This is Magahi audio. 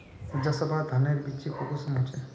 जसवा धानेर बिच्ची कुंसम होचए?